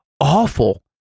awful